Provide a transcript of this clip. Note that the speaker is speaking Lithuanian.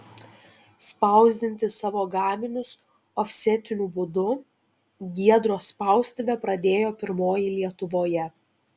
spausdinti savo gaminius ofsetiniu būdu giedros spaustuvė pradėjo pirmoji lietuvoje